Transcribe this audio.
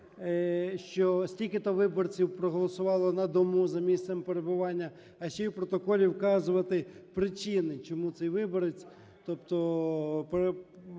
що стільки-то виборців проголосувало на дому за місцем перебування, а ще й в протоколі вказувати причини, чому цей виборець, тобто